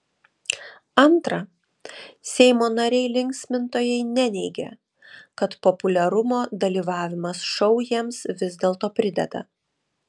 antra seimo nariai linksmintojai neneigia kad populiarumo dalyvavimas šou jiems vis dėlto prideda